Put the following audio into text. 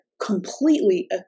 completely